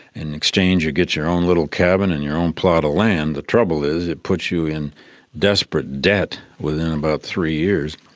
in exchange you get your own little cabin and your own plot of land. the trouble is it puts you in desperate debt within about three years.